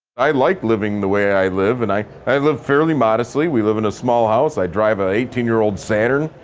i like living the way i live, and i i live fairly modestly. we live in a small house, i drive an eighteen year old saturn.